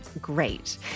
great